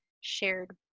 shared